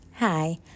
Hi